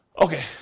Okay